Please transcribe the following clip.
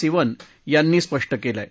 सिवन यांनी स्पष्ट केलं आहे